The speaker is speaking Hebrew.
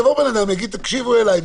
יבוא בן אדם ויגיד: תקשיבו אליי,